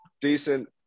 decent